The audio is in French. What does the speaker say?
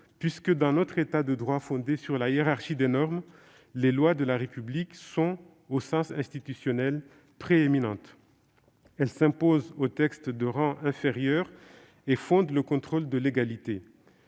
puisque, dans notre État de droit fondé sur la hiérarchie des normes, les lois de la République sont, au sens institutionnel, prééminentes. Elles s'imposent aux textes de rang inférieur et fondent le contrôle de légalité.